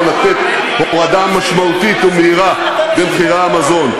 לתת הורדה משמעותית ומהירה במחירי המזון.